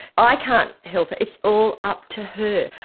i can't help her, it's all up to her.